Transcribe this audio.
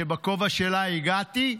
שבכובע שלה הגעתי,